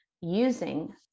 using